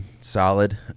solid